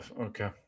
Okay